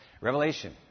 Revelation